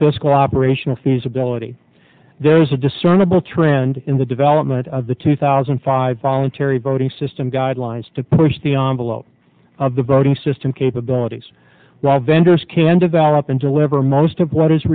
cooperation of feasibility there's a discernible trend in the development of the two thousand and five following terry voting system guidelines to push the envelope of the voting system capabilities while vendors can develop and deliver most of what is